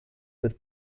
with